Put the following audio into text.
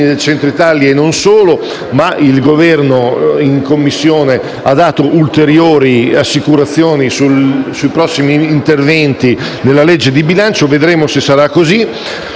del Centro Italia, e non solo, ma il Governo in Commissione ha dato ulteriori assicurazioni sui prossimi interventi nella legge di bilancio (vedremo se sarà così).